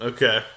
Okay